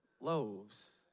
loaves